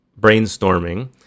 brainstorming